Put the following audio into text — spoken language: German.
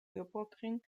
nürburgring